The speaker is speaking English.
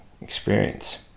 experience